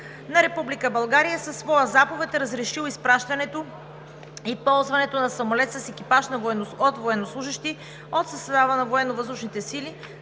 България със своя заповед е разрешил изпращането и ползването на самолет с екипаж от военнослужещи от състава на